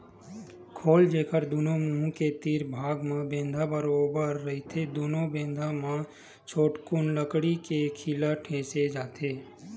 खोल, जेखर दूनो मुहूँ के तीर भाग म बेंधा बरोबर रहिथे दूनो बेधा म छोटकुन लकड़ी के खीला ठेंसे जाथे